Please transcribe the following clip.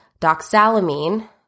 doxalamine